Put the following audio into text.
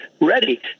ready